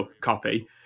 copy